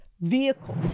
vehicle